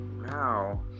wow